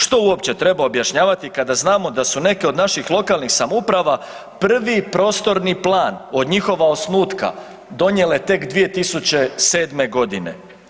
Što uopće treba objašnjavati kada znamo da su neke od naših lokalnih samouprava prvi prostorni plan od njihova osnutka donijele tek 2007.g.